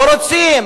לא רוצים,